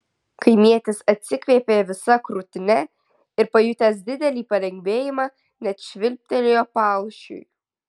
kaimietis atsikvėpė visa krūtine ir pajutęs didelį palengvėjimą net švilptelėjo palšiui